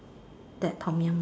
that Tom-Yum one